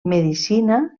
medicina